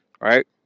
right